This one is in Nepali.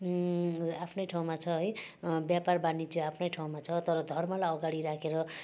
आफ्नै ठाउँमा छ है व्यापार वाणिज्य आफ्नै ठाउँमा छ तर धर्मलाई अगाडि राखेर